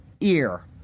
ear